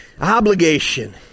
obligation